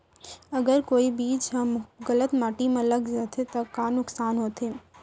अगर कोई बीज ह गलत माटी म लग जाथे त का नुकसान होथे?